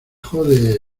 jode